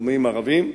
דרומיים-מערביים,